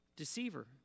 deceiver